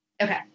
Okay